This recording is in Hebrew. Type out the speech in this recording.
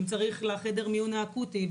בין אם זה לחדר המיון האקוטי,